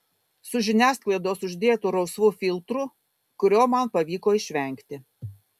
su žiniasklaidos uždėtu rausvu filtru kurio man pavyko išvengti